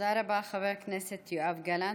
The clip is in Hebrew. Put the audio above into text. תודה רבה, חבר הכנסת יואב גלנט.